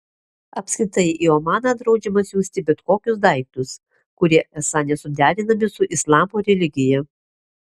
apskritai į omaną draudžiama siųsti bet kokius daiktus kurie esą nesuderinami su islamo religija